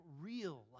real